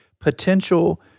potential